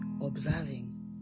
observing